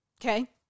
Okay